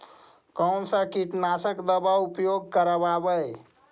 कोन सा कीटनाशक दवा उपयोग करबय?